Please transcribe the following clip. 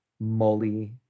molly